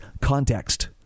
context